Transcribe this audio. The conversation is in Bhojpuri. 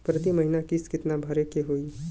प्रति महीना किस्त कितना भरे के होई?